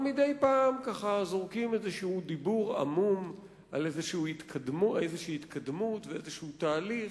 אבל מדי פעם זורקים איזה דיבור עמום על איזושהי התקדמות ואיזשהו תהליך,